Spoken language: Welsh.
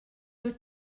wyt